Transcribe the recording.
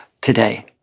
today